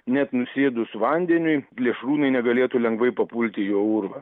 net nusėdus vandeniui plėšrūnai negalėtų lengvai papulti į jo urvą